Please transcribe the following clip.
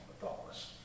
thoughtless